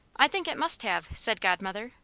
i think it must have, said godmother,